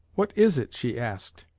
what is it? she asked.